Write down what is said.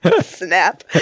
Snap